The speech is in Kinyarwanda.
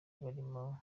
barimo